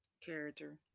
character